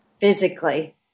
Physically